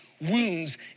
wounds